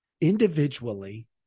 individually